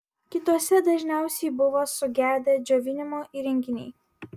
kituose dažniausiai buvo sugedę džiovinimo įrenginiai